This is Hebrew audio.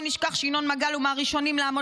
לא נשכח שינון מגל הוא מהראשונים לעמוד